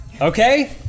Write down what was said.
Okay